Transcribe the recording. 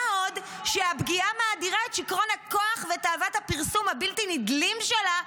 מה עוד שהפגיעה מאדירה את שכרון הכוח ותאוות הפרסום הבלתי-נדלים שלה,